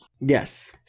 yes